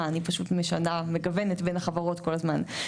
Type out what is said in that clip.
אני מגוונת בין החברות כל הזמן,